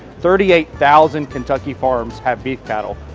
thirty eight thousand kentucky farms have beef cattle.